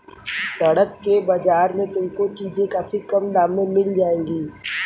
सड़क के बाजार में तुमको चीजें काफी कम दाम में मिल जाएंगी